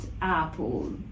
Apple